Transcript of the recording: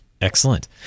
Excellent